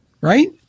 right